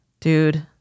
dude